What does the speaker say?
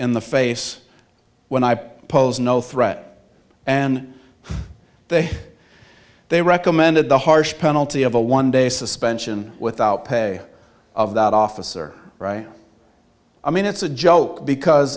in the face when i pose no threat and that they recommended the harsh penalty of a one day suspension without pay of that officer i mean it's a joke because